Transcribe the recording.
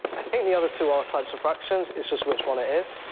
i think the other two are types of fractions, it's just which one it is.